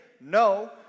No